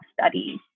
Studies